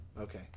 Okay